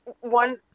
one